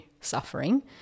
suffering